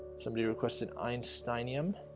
somebody requested einsteinium